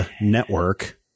Network